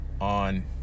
on